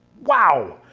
wow.